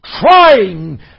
trying